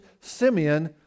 Simeon